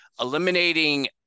eliminating